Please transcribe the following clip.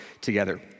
together